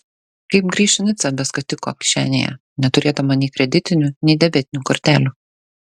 kaip grįš į nicą be skatiko kišenėje neturėdama nei kreditinių nei debetinių kortelių